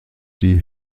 die